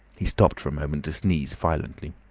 he stopped for a moment to sneeze violently.